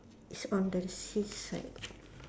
it's on the seaside